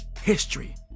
history